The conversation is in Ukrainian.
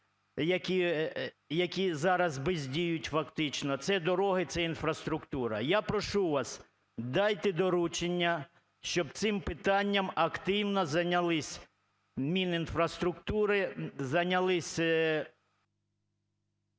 які заразбездіють фактично, це дороги, це інфраструктура. Я прошу вас, дайте доручення, щоб цим питанням активно зайнялисьМінінфраструктури, зайнялись…